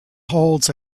holds